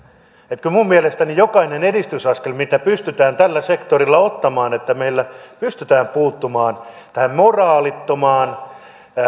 että kun minun mielestäni jokainen edistysaskel mitä pystytään tällä sektorilla ottamaan että meillä pystytään puuttumaan tähän moraalittomaan